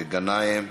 גנאים,